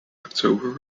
october